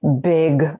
big